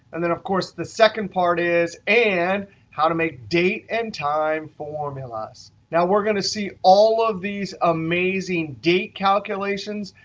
and then, of course, the second part is and how to make a date and time formulas. now we're going to see all of these amazing date calculations,